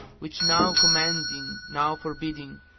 which now commanding, now forbidding,